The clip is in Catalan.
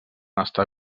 estar